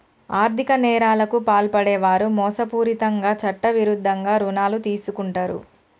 ఆర్ధిక నేరాలకు పాల్పడే వారు మోసపూరితంగా చట్టవిరుద్ధంగా రుణాలు తీసుకుంటరు